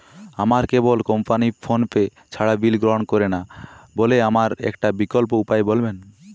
আমার cable company PhonePe ছাড়া bill গ্রহণ করে না বলে আমার একটা বিকল্প উপায় বলবেন?